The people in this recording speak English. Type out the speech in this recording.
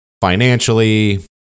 financially